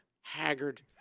haggard